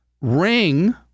Ring